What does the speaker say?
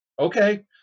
okay